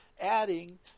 adding